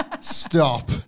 Stop